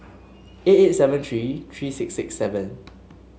eight eight seven three three six six seven